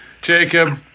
Jacob